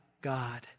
God